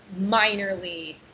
minorly